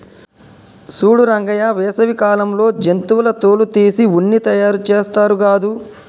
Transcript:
సూడు రంగయ్య వేసవి కాలంలో జంతువుల తోలు తీసి ఉన్ని తయారుచేస్తారు గాదు